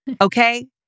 Okay